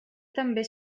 també